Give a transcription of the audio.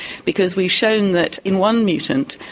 because we've shown that in one mutant,